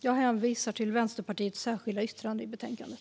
Jag hänvisar till Vänsterpartiets särskilda yttrande i betänkandet.